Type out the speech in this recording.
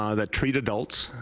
ah that treat adults.